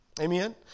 Amen